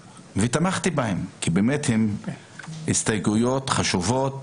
ותמכתי בהן כי באמת הן הסתייגויות חשובות